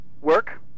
work